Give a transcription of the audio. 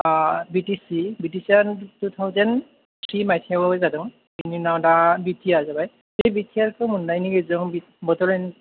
बि T C B T C आ two thousand three माइथायआव जादों बिनि उनाव दा बिटिआर जाबाय बे बिटिआरखौ मोननायनि गेजेरजों बड'लेण्ड